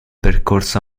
percorso